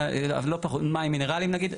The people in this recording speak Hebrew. מים מינרלים נגיד,